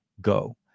go